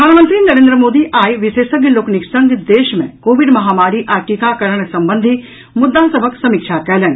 प्रधानमंत्री नरेन्द्र मोदी आइ विशेषज्ञ लोकनिक संग देश मे कोविड महामारी आ टीकाकरण संबंधी मुद्दा सभक समीक्षा कयलनि